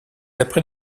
après